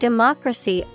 Democracy